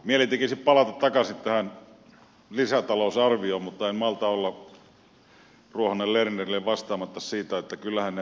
mieli tekisi palata takaisin tähän lisätalousarvioon mutta en malta olla ruohonen lernerille vastaamatta niistä päivärahoista